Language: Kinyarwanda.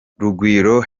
rugwiro